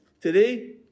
Today